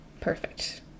perfect